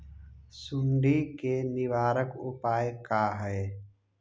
सुंडी के निवारक उपाय का हई?